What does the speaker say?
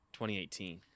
2018